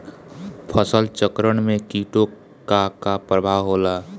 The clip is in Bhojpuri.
फसल चक्रण में कीटो का का परभाव होला?